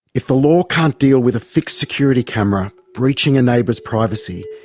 if the law can't deal with a fixed security camera breaching a neighbour's privacy,